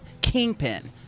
Kingpin